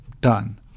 done